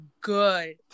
good